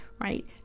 right